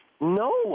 No